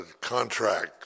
contract